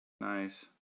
Nice